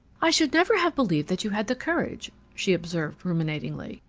i should never have believed that you had the courage, she observed ruminatingly.